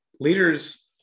Leaders